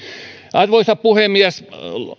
arvoisa puhemies